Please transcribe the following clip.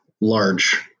large